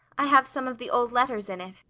i have some of the old letters in it.